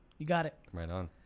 you got it. right on.